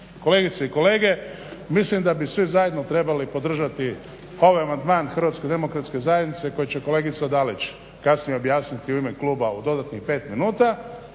kolegice i kolege mislim da bi svi zajedno trebali podržati ovaj amandman HDZ-a koja će kolegica Dalić kasnije objasniti u ime kluba u dodatnih pet minuta